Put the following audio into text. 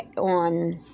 on